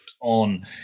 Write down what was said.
on